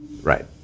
right